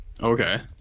Okay